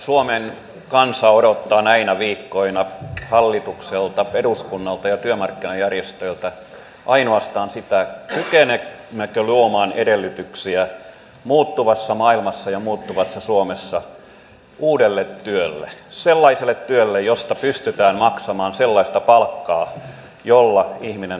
suomen kansa odottaa näinä viikkoina hallitukselta eduskunnalta ja työmarkkinajärjestöiltä ainoastaan sitä kykenemmekö luomaan edellytyksiä muuttuvassa maailmassa ja muuttuvassa suomessa uudelle työlle sellaiselle työlle josta pystytään maksamaan sellaista palkkaa jolla ihminen tulee toimeen